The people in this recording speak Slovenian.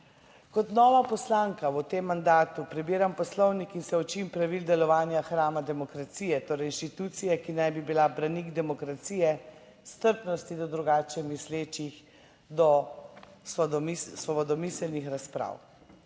(Nadaljevanje) mandatu prebiram poslovnik in se učim pravil delovanja hrama demokracije, torej inštitucije, ki naj bi bila branik demokracije, strpnosti do drugače mislečih, do svobodomiselnih razprav.